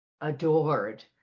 adored